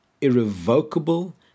irrevocable